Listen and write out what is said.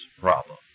problem